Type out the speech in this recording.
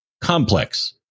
complex